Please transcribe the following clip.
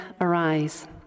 arise